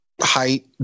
height